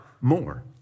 more